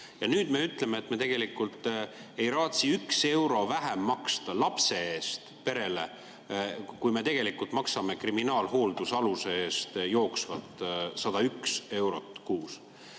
Ja nüüd me ütleme, et me ei raatsi üks euro vähem maksta lapse eest perele, kui me tegelikult maksame kriminaalhooldusaluse eest jooksvalt 101 eurot kuus.